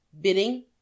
bidding